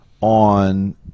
on